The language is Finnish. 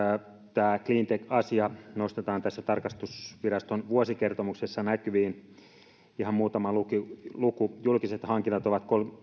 tämä cleantech asia nostetaan tässä tarkastusviraston vuosikertomuksessa näkyviin ihan muutama luku luku julkiset hankinnat ovat